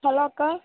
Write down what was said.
hello அக்கா